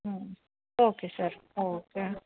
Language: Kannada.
ಹ್ಞೂ ಓಕೆ ಸರ್ ಓಕೇ